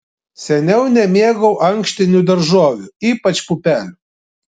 seniau nemėgau ankštinių daržovių ypač pupelių